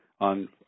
on